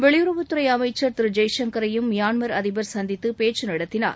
வெளியுறவுத்துறை அமைச்ச் திரு ஜெயசங்கரையும் மியான்மர் அதிபர் சந்தித்து பேச்சு நடத்தினார்